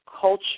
culture